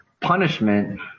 punishment